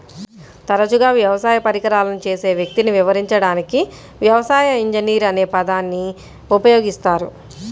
తరచుగా వ్యవసాయ పరికరాలను చేసే వ్యక్తిని వివరించడానికి వ్యవసాయ ఇంజనీర్ అనే పదాన్ని ఉపయోగిస్తారు